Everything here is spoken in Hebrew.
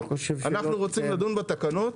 אנחנו רוצים לדון בתקנות.